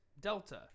delta